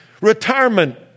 retirement